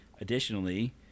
Additionally